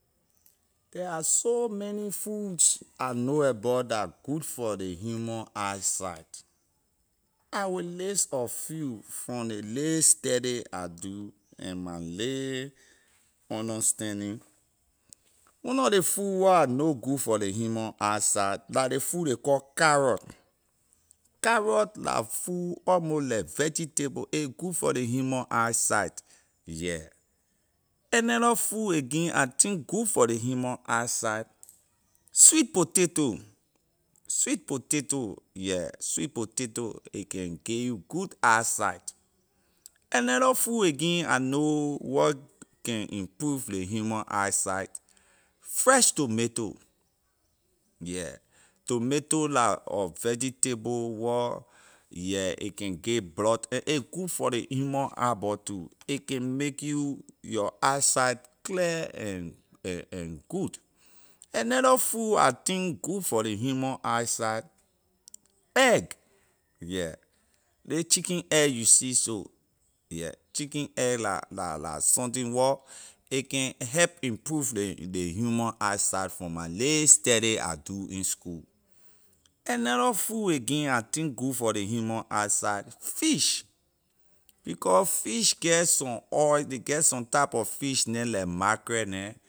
The are so many foods I know about la good for ley human eye sight i’ll list a few from nay lay study I do and my lay understanding one nor ley food wor I know good for ley human eye sight la ley food ley call carrot, carrot la food almost like vegetable a good for ley human eye sight yeah another food again I think good for ley human eye sight sweet potato sweet potato yeah sweet potato a can give you good eye sight another food again I know wor can improve ley human eye sight fresh tomato yeah tomato la a vegetable wor yeah a can blood and a good for ley human eye ball too a can make you your eye sight clear and and and good another food I think good for ley human eye sight egg yeah ley chicken egg you see so chicken egg la la la something wor a can help improve ley human eye sight from my lay study I do in school another food I think good for ley human eye sight fish becor fish get some oil ley get some type of fish neh like mackerel neh.